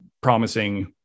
promising